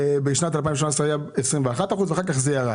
בשנת 2018 רווח של 21% ואחר כך זה ירד,